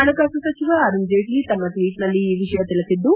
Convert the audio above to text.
ಹಣಕಾಸು ಸಚಿವ ಅರುಣ್ ಜೇಟ್ಷಿ ತಮ್ಮ ಟ್ವೀಟ್ನಲ್ಲಿ ಈ ವಿಷಯ ತಿಳಿಸಿದ್ದು